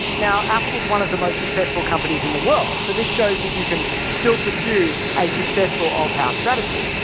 now, apple is one of the most succesful companies in the world. so this shows that you can still pursue a successful old power strategy.